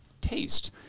taste